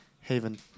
haven